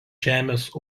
žemės